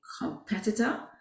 competitor